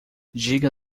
diga